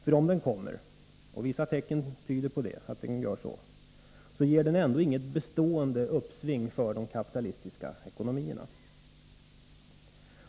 För om den kommer — vissa tecken tyder på det — ger den ändå inget bestående uppsving för de kapitalistiska ekonomierna.